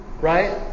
Right